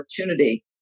opportunity